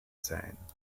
sein